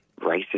racist